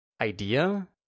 idea